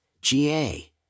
GA